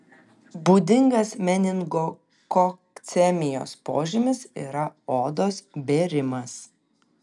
būdingas meningokokcemijos požymis yra odos bėrimas